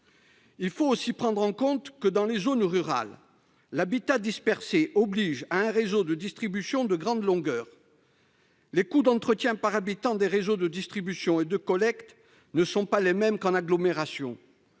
Il faut aussi prendre en compte le fait que, dans les zones rurales, l'habitat dispersé oblige à se doter d'un réseau de distribution de grande longueur. Les coûts d'entretien par habitant des réseaux de distribution et de collecte ne sont pas les mêmes qu'en agglomération.